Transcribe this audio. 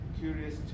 curious